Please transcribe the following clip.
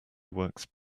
works